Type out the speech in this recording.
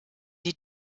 die